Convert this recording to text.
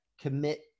commit